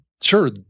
Sure